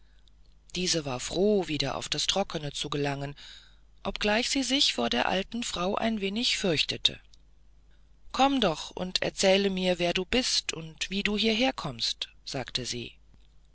diese war froh wieder auf das trockene zu gelangen obgleich sie sich vor der alten frau ein wenig fürchtete komm doch und erzähle mir wer du bist und wie du hierher kommst sagte sie